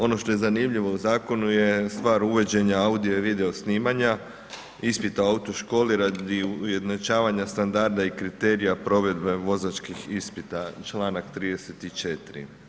Ono što je zanimljivo u zakonu je stvar uvođenja audio i video snimanja, ispita u autoškoli radi ujednačavanja standarda i kriterija provedbe vozačkih ispita, članak 34.